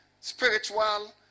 spiritual